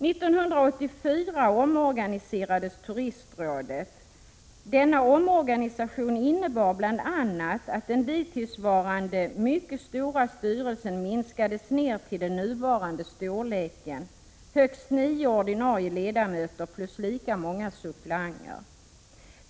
1984 omorganiserades Turistrådet. Denna omorganisation innebar bl.a. att den dittillsvarande mycket stora styrelsen minskades ner till den nuvarande storleken, högst nio ordinarie ledamöter plus lika många suppleanter.